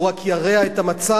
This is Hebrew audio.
הוא רק ירע את המצב,